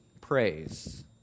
praise